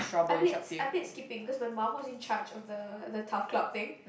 I played I played skipping cause my mum was in charge of the the tough club thing